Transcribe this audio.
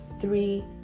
three